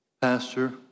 pastor